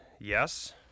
Yes